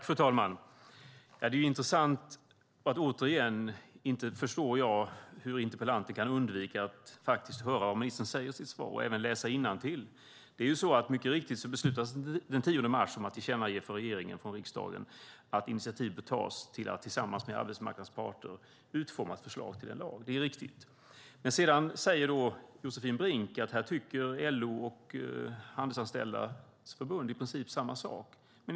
Fru talman! Jag förstår återigen inte hur interpellanten kan undvika att höra vad ministern säger i sitt svar och även läsa innantill. Mycket riktigt beslutade riksdagen den 10 mars att tillkännage för regeringen att initiativ bör tas till att tillsammans med arbetsmarknadens parter utforma ett förslag till en lag. Det är riktigt. Sedan säger Josefin Brink att LO och Handelsanställdas förbund tycker i princip samma sak.